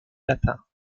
latin